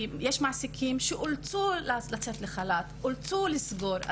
יש מעסיקים שאולצו לצאת לחל"ת, אולצו לסגור.